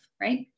right